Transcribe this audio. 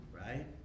right